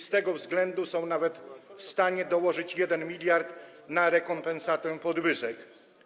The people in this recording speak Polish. Z tego względu są nawet w stanie dołożyć 1 mld na rekompensatę podwyżek.